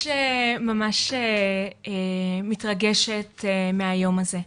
ממש מתרגשת מהיום הזה.